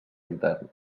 intern